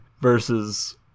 versus